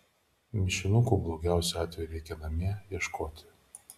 mišinukų blogiausiu atveju reikia namie ieškoti